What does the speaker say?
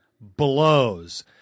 blows